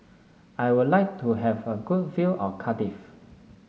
I would like to have a good view of Cardiff